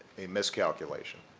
a miscalculation.